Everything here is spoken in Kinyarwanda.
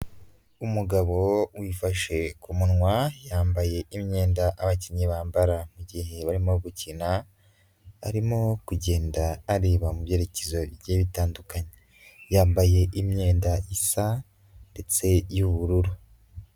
Umugabo wifashe ku munwa, yambaye imyenda abakinnyi bambara igihe barimo gukina, arimo kugenda areba mu byerekezo bigiye bitandukanye, yambaye imyenda isa ndetse y'ubururu.